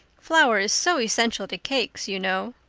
flour is so essential to cakes, you know.